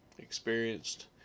experienced